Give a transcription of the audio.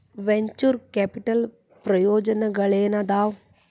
venture capital ಪ್ರಯೋಜನಗಳೇನಾದವ